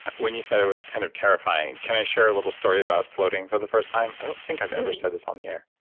when you say it was kind of terrifying, can i share a little story about floating for the first time? i don't think i've ever said this on the air.